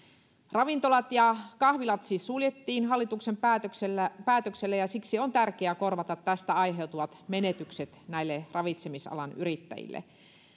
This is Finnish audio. ravintolat ja kahvilat siis suljettiin hallituksen päätöksellä päätöksellä ja siksi on tärkeää korvata tästä aiheutuvat menetykset näille ravitsemisalan yrittäjille